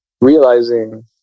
realizing